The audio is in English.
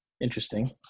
Interesting